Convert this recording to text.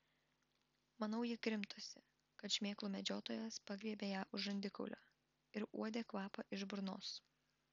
manau ji krimtosi kad šmėklų medžiotojas pagriebė ją už žandikaulio ir uodė kvapą iš burnos